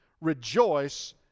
rejoice